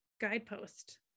guidepost